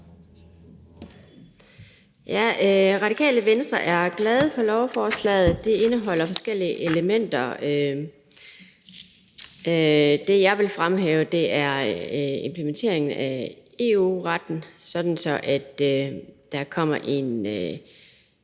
Radikale Venstre er glade for lovforslaget. Det indeholder forskellige elementer. Det, jeg vil fremhæve, er implementeringen af EU-retten, sådan at der kommer en